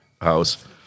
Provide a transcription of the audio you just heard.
house